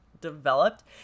developed